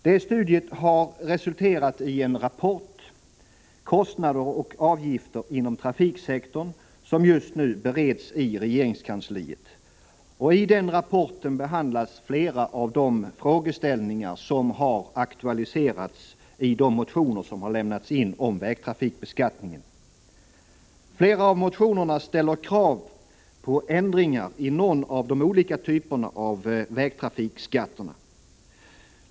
Detta studium har resulterat i en rapport — Kostnader och avgifter inom trafiksektorn — som just nu bereds i regeringskansliet. I denna rapport behandlas flera av de frågeställningar som aktualiserats i motionerna om vägtrafikbeskattningen. Flera av motionerna ställer krav på ändringar i någon av de olika typerna av vägtrafikskatter.